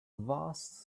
vast